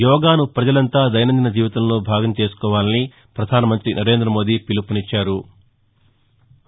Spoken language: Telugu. యోగాను పజలంతా దైనందిన జీవితంలో భాగం చేసుకోవాలని ప్రధాన మంతి నరేంద మోదీ పిలుపునిచ్చారు